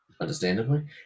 understandably